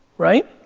right?